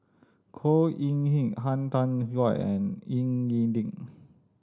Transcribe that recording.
Khor Ean Ghee Han Tan Juan and Ying E Ding